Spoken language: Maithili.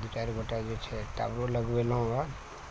दू चारि गोटा जे छै टावरो लगेलहुॅं